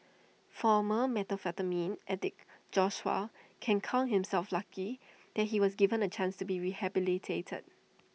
former methamphetamine addict Joshua can count himself lucky that he was given A chance to be rehabilitated